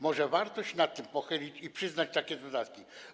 Może warto się nad tym pochylić i przyznać takie dodatki?